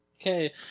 Okay